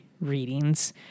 readings